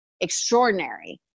extraordinary